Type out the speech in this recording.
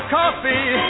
coffee